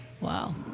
Wow